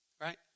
Right